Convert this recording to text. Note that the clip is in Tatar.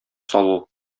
салу